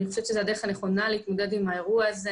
אני חושבת שזה הדרך הנכונה להתמודד עם האירוע הזה.